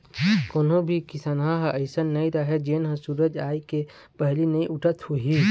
कोनो भी किसनहा ह अइसन नइ राहय जेन ह सूरज उए के पहिली नइ उठत होही